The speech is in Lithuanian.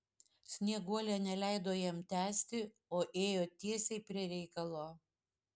snieguolė neleido jam tęsti o ėjo tiesiai prie reikalo